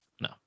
No